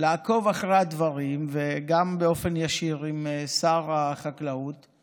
לעקוב אחרי הדברים, גם באופן ישיר, עם שר החקלאות,